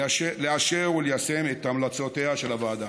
לאשר וליישם את המלצותיה של הוועדה.